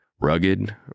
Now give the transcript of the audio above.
Rugged